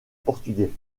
portugais